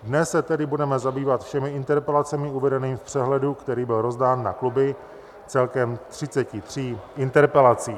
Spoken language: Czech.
Dnes se tedy budeme zabývat všemi interpelacemi uvedenými v přehledu, který byl rozdán na kluby, celkem 33 interpelacím.